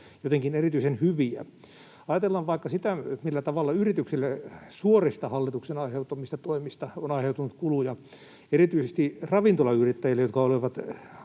jotenkin erityisen hyviä. Ajatellaan vaikka sitä, millä tavalla yrityksille suorista hallituksen aiheuttamista toimista on aiheutunut kuluja, erityisesti ravintolayrittäjille, jotka olivat